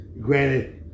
granted